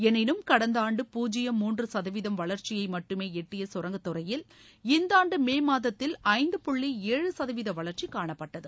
எனினும் கடந்த ஆண்டு பூஜ்ஜியம் மூன்று சதவீதம் வளா்ச்சியை மட்டுமே எட்டிய கரங்கத்துறையில் இந்த ஆண்டு மே மாதத்தில் ஐந்து புள்ளி ஏழு சதவீத வளர்ச்சி காணப்பட்டது